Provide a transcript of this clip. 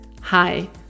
Hi